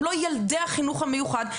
הם לא ילדי החינוך המיוחד,